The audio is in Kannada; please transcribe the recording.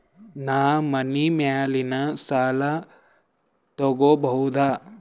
ನಾ ಮನಿ ಮ್ಯಾಲಿನ ಸಾಲ ತಗೋಬಹುದಾ?